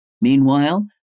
Meanwhile